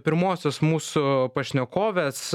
pirmosios mūsų pašnekovės